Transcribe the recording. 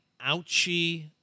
ouchie